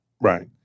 Right